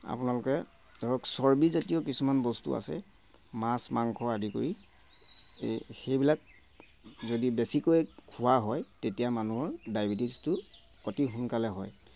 আপোনালোকে ধৰক চৰ্বিজাতীয় কিছুমান বস্তু আছে মাছ মাংস আদি কৰি এই সেইবিলাক যদি বেছিকৈ খোৱা হয় তেতিয়া মানুহৰ ডায়েবেটিছটো অতি সোনকালে হয়